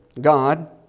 God